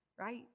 right